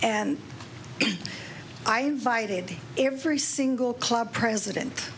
and i invited every single club president